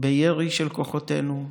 בירי של כוחותינו,